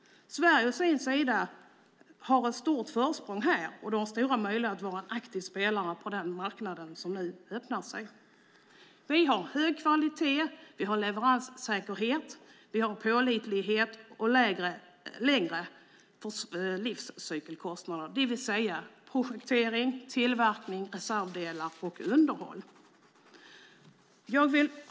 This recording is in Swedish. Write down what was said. Sverige har ett stort försprång och möjlighet att vara en aktiv spelare på den marknad som nu öppnar sig. Vi har hög kvalitet, leveranssäkerhet, pålitlighet och lägre livscykelkostnader, det vill säga projektering, tillverkning, reservdelar och underhåll.